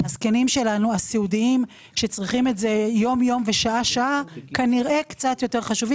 הזקנים הסיעודיים שצריכים את זה יום-יום ושעה-שעה קצת יותר חשובים.